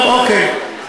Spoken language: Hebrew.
טוב, אוקיי.